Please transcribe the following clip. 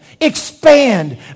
expand